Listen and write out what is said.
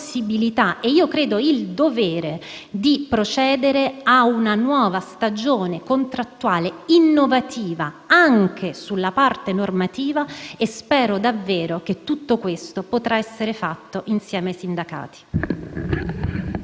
e, io credo, il dovere di procedere ad una nuova stagione contrattuale innovativa anche sulla parte normativa e spero davvero che tutto questo possa essere fatto insieme ai sindacati.